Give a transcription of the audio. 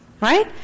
Right